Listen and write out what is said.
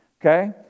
Okay